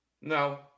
No